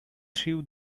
threw